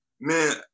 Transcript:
Man